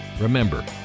Remember